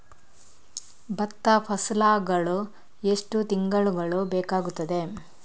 ಭತ್ತ ಫಸಲಾಗಳು ಎಷ್ಟು ತಿಂಗಳುಗಳು ಬೇಕಾಗುತ್ತದೆ?